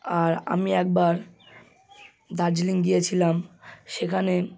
আর আমি একবার দার্জিলিং গিয়েছিলাম সেখানে